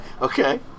Okay